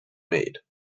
made